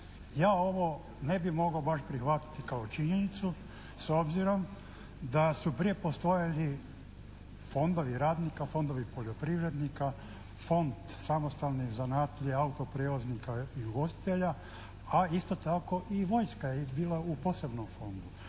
Ja ovo ne bi mogao baš prihvatiti kao činjenicu s obzirom da su prije postojali fondovi radnika, fondovi poljoprivrednika, fond samostalnih zanatlija, autoprijevoznika i ugostitelja a isto tako i vojska je bila u posebnom fondu.